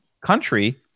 country